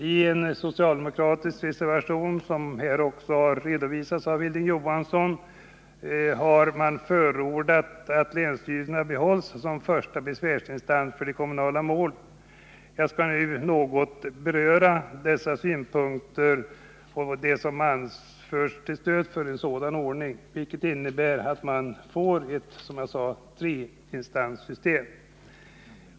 I en socialdemokratisk reservation till konstitutionsutskottets betänkande, vilken har redovisats här av Hilding Johansson, förordas emellertid att länsstyrelserna behålls som besvärsinstans för de kommunala målen. Jag skall nu något beröra de synpunkter som anförs till stöd för en sådan ordning, vilken alltså innebär att man får ett treinstanssystem.